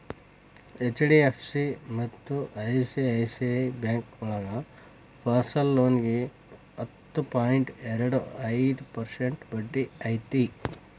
HDFC ಮತ್ತ ICICI ಬ್ಯಾಂಕೋಳಗ personal ಲೋನಿಗಿ ಹತ್ತು ಪಾಯಿಂಟ್ ಎರಡು ಐದು ಪರ್ಸೆಂಟ್ ಬಡ್ಡಿ ಐತಿ